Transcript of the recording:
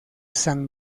san